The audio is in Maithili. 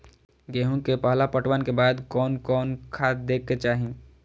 गेहूं के पहला पटवन के बाद कोन कौन खाद दे के चाहिए?